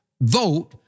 vote